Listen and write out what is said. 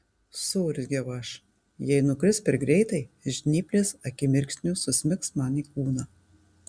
suurzgiau aš jei nukris per greitai žnyplės akimirksniu susmigs man į kūną